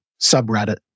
subreddit